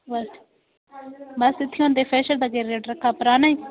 बस इत्थे होंदा फ्रेशर दा केह् रेट रक्खा ते गे पराने